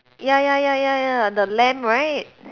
ya ya ya ya ya the lamp right